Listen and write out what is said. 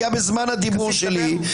זה היה בזמן הדיבור שלי,